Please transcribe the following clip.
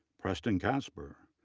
preston casper,